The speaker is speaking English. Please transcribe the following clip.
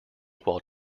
while